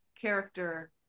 character